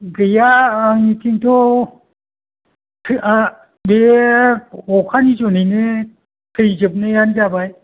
गैया आं खिन्थु ओ थै बे अखानि जुनैनो थैजोबनायानो जाबाय